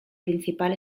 principal